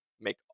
make